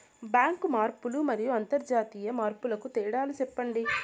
Bank మార్పులు మరియు అంతర్జాతీయ మార్పుల కు తేడాలు సెప్పండి?